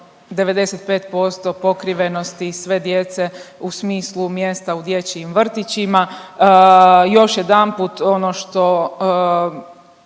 95% pokrivenosti sve djece u smislu mjesta u dječjim vrtićima. Još jedanput, ono što